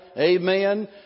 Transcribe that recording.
Amen